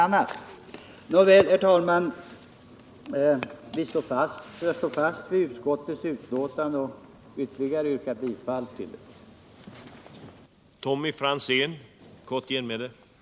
Nåväl, herr talman, jag står fast vid utskottets skrivning och yrkar än en gång bifall till utskottets hemställan.